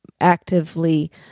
actively